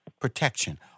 protection